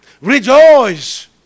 Rejoice